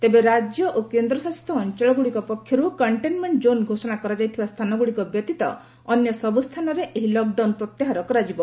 ତେବେ ରାଜ୍ୟ ଓ କେନ୍ଦ୍ରଶାସିତ ଅଂଚଳଗୁଡ଼ିକ ପକ୍ଷରୁ କଂଟେନମେଂଟ ଜୋନ୍ ଘୋଷଣା କରାଯାଇଥିବା ସ୍ଥାନଗୁଡ଼ିକ ବ୍ୟତୀତ ଅନ୍ୟ ସବୁ ସ୍ଥାନରେ ଏହି ଲକଡାଉନ୍ ପ୍ରତ୍ୟାହାର ହେବ ହେବ